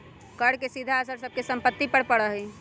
कर के सीधा असर सब के सम्पत्ति पर भी पड़ा हई